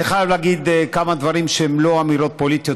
אני חייב להגיד כמה דברים שהם לא אמירות פוליטיות,